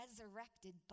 resurrected